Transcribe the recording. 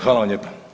Hvala vam lijepa.